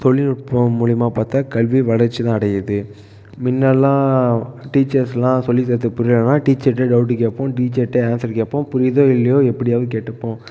தொழில்நுட்பம் மூலியமாக பார்த்தா கல்வி வளர்ச்சி தான் அடையுது முன்னெல்லாம் டீச்சர்ஸ்லாம் சொல்லிக் கொடுத்த பிறகு தான் டீச்சர்கிட்ட டௌட் கேட்போம் டீச்சர்கிட்ட எல்லாம் சொல்லிக் கேட்போம் புரியுதோ இல்லையோ எப்படியாவது கேட்டுப்போம்